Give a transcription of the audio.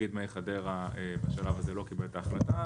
"מי חדרה" בשלב הזה לא קיבלו את ההחלטה,